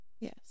Yes